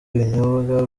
ibinyobwa